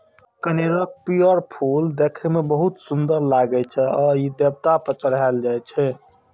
कनेरक पीयर फूल देखै मे बहुत सुंदर लागै छै आ ई देवता पर चढ़ायलो जाइ छै